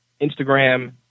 Instagram